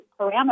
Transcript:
parameters